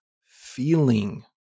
feeling